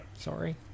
Sorry